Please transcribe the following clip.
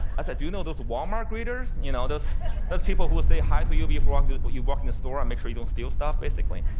i said, do you know those walmart greeters? you know, those those people who say hi to you before um you but you walk in the store, and make sure you don't steal stuff, basically?